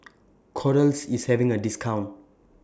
Kordel's IS having A discount